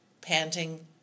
panting